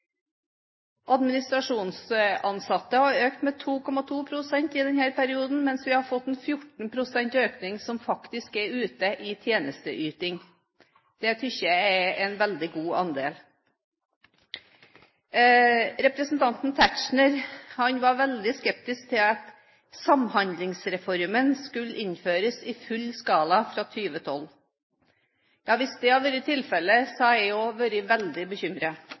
administrasjonsansatte har økt med 2,2 pst. i denne perioden, mens vi har fått en 14 pst. økning når det gjelder dem som faktisk er ute i tjenesteyting. Det synes jeg er en veldig god andel. Representanten Tetzschner var veldig skeptisk til at Samhandlingsreformen skulle innføres i full skala fra 2012. Ja, hvis det hadde vært tilfellet, hadde jeg også vært veldig bekymret.